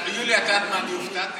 יוליה, את יודעת